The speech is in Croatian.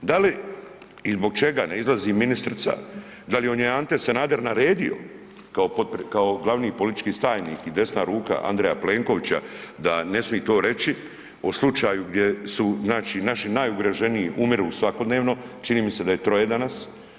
Da li i zbog čega ne izlazi ministrica, da li joj je Ante Sanader naredio kao glavni politički tajnik i desna ruka Andreja Plenkovića da ne smije to reći o slučaju gdje su znači najugroženiji umiru svakodnevno, čini mi se da je 3 danas.